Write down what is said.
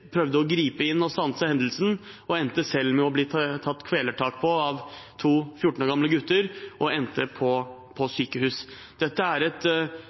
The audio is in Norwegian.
prøvde å gripe inn og stanse hendelsen, endte selv med å bli tatt kvelertak på av to 14 år gamle gutter, og endte på sykehus. Dette er et